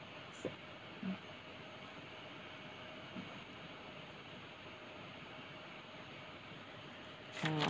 so mm uh